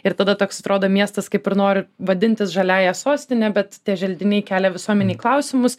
ir tada toks atrodo miestas kaip ir nori vadintis žaliąja sostine bet tie želdiniai kelia visuomenei klausimus